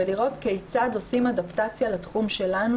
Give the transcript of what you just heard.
ולראות כיצד עושים אדפטציה לתחום שלנו,